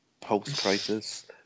post-crisis